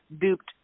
duped